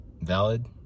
valid